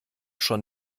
schon